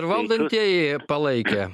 ir valdantieji palaikė